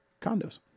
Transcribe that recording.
condos